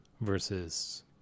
versus